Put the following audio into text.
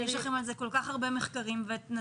יש לכם על זה כל כך הרבה מחקרים ותקצבתם